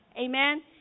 Amen